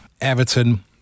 Everton